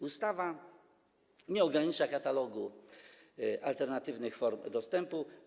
Ustawa nie ogranicza katalogu alternatywnych form dostępu.